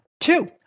Two